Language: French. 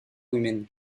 humaine